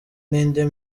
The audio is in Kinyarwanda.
n’indi